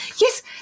yes